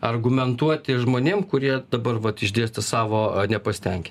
argumentuoti žmonėm kurie dabar vat išdėstė savo nepasitenkinimą